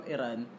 Iran